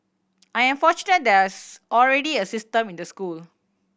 I am fortunate there is already a system in the school